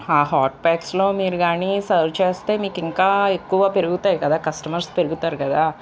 హాట్ప్యాక్స్లో మీరుకానీ సర్వ్ చేస్తే మీకు ఇంకా ఎక్కువ పెరుగుతాయి కదా కస్టమర్స్ పెరుగుతారు కదా